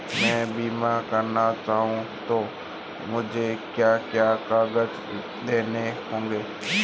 मैं बीमा करना चाहूं तो मुझे क्या क्या कागज़ देने होंगे?